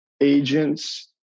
agents